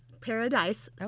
Paradise